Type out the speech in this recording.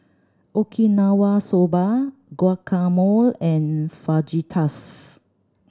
Okinawa Soba Guacamole and Fajitas